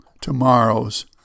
tomorrow's